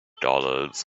dollars